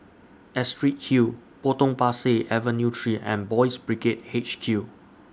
Astrid Hill Potong Pasir Avenue three and Boys' Brigade H Q